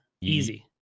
easy